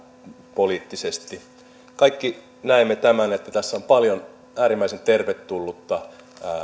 poliittisesti kaikki näemme tämän että tässä on paljon äärimmäisen tervetullutta